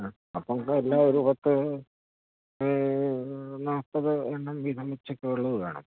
ആ അപ്പോൾ നമുക്ക് എല്ലാം ഒരു പത്ത് നൽപ്പത് എണ്ണം വീതം ഉച്ചയ്ക്കുള്ളത് വേണം